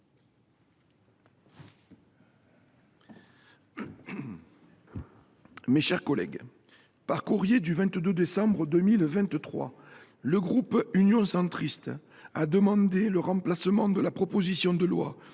Mes chers collègues, par courrier en date du 22 décembre 2023, le groupe Union Centriste demande le remplacement de la proposition de loi